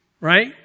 right